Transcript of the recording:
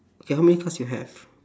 K how many cards you have